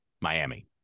Miami